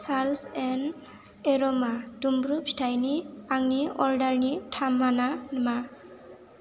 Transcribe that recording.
साल्ज एन एर'मा दुम्रु फिथाइनि आंनि अर्डारनि थामाना मा